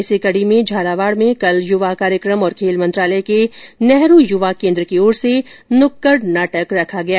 इसी कड़ी में झालावाड़ में कल युवा कार्यक्रम और खेल मंत्रालय के नेहरू युवा केन्द्र की ओर से नुक्कड़ नाटक आयोजित किए गए